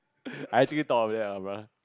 I actually thought of that lah bruh